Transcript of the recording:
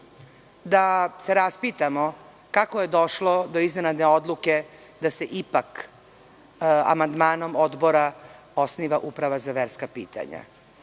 da se raspitamo kako je došlo do iznenadne odluke da se ipak amandmanom odbora osniva Uprava za verska pitanja.